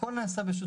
הכל נעשה בשותפות.